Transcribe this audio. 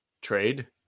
trade